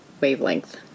wavelength